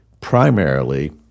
primarily